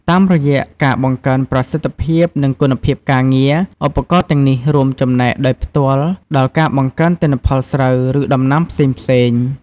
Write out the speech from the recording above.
តាមរយៈការបង្កើនប្រសិទ្ធភាព និងគុណភាពការងារ ឧបករណ៍ទាំងនេះរួមចំណែកដោយផ្ទាល់ដល់ការបង្កើនទិន្នផលស្រូវ ឬដំណាំផ្សេងៗ។